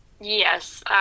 Yes